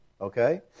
Okay